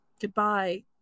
goodbye